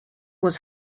was